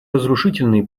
разрушительные